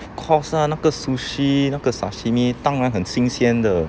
of course lah 那个 sushi 那个 sashimi 当然很新鲜的